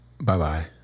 Bye-bye